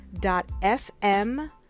FM